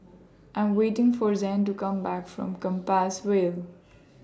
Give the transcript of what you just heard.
I Am waiting For Zayne to Come Back from Compassvale